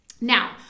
Now